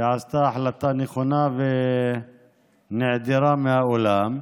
שעשתה החלטה נכונה ונעדרת מהאולם,